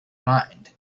mind